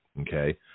Okay